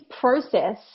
process